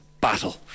battle